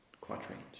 quatrains